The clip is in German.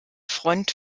front